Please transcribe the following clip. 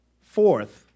Fourth